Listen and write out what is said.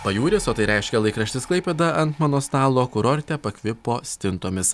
pajūris o tai reiškia laikraštis klaipėda ant mano stalo kurorte pakvipo stintomis